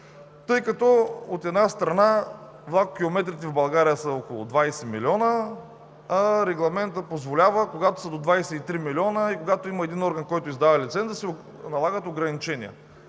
тъй като, от една страна, влакокилометрите в България са около 20 милиона, а регламентът позволява, когато са до 23 милиона и когато има един орган, който издава лиценз, да се налагат ограничения.